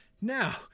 Now